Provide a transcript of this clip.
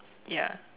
ya